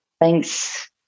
Thanks